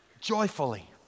Joyfully